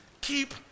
Keep